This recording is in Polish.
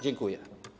Dziękuję.